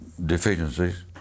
Deficiencies